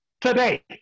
today